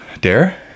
Dare